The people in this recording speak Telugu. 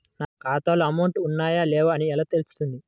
నా ఖాతాలో అమౌంట్ ఉన్నాయా లేవా అని ఎలా తెలుస్తుంది?